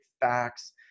facts